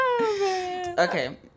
Okay